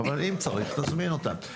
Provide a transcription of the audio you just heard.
אם צריך נזמין אותם.